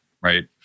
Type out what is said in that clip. right